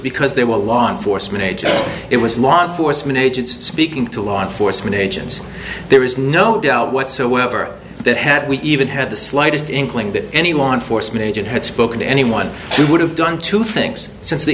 because they were law enforcement agents it was law enforcement agents speaking to law enforcement agents there is no doubt whatsoever that had we even had the slightest inkling that any law enforcement agent had spoken to anyone we would have done two things since the